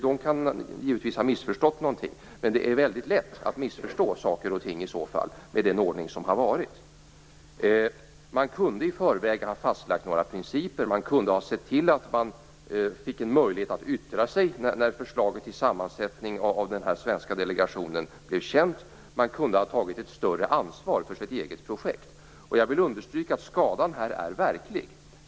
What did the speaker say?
Den kan givetvis ha missförstått något, för det är väldigt lätt att missförstå saker och ting med den ordning som har varit. Man kunde i förväg har fastlagt några principer och sett till att man fick en möjlighet att yttra sig när förslaget till sammansättning av den svenska delegationen blev känd. Man kunde ha tagit ett större ansvar för sitt eget projekt. Jag vill understryka att skadan är verklig.